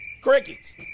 Crickets